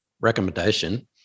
recommendation